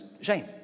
shame